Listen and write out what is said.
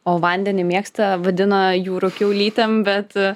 o vandenį mėgsta vadina jūrų kiaulytėm bet